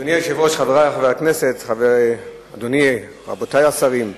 אדוני היושב-ראש, חברי חברי הכנסת, רבותי השרים,